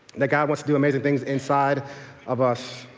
that god wants to do amazing things inside of us.